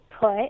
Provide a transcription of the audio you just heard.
put